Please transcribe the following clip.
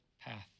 path